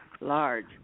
large